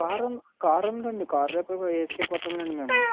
car car ఉంది అండి car లో వేసుకెళ్ళిపోతాములేండి మేము